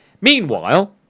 Meanwhile